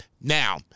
Now